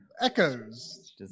Echoes